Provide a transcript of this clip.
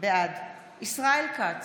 בעד ישראל כץ,